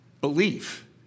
belief